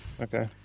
okay